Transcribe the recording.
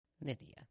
Lydia